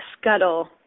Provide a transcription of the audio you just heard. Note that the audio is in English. Scuttle